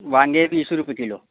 वांगे वीस रुपये किलो